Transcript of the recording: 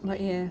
but ya